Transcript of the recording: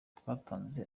twatanze